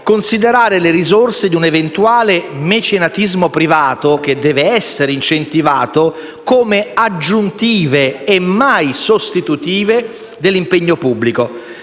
considerare le risorse di un eventuale mecenatismo privato, che deve essere incentivato, come aggiuntive e mai sostitutive dell'impegno pubblico.